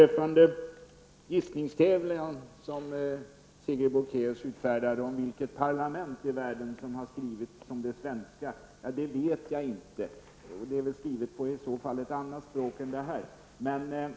Sigrid Bolkéus utfärdar en gissningstävling om vilket parlament i världen som har skrivit på samma sätt som det svenska, men jag vet inte vilket detta är. Man har väl i så fall skrivit på ett annat språk än det svenska.